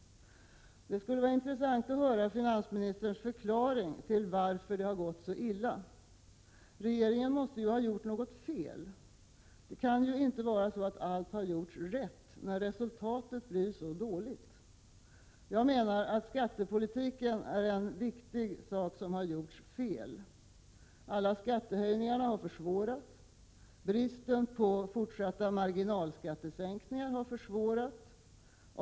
Det skulle vara intressant att höra finansministerns förklaring till att det har gått så illa. Regeringen måste ju ha gjort något fel? Det kan inte vara så att allt har gjorts rätt när resultatet blir så dåligt. Jag menar att skattepolitiken är en viktig sak som har gjorts fel. Alla skattehöjningarna har försvårat. Bristen på fortsatta marginalskattesänkningar har försvårat.